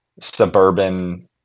suburban